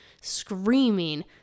screaming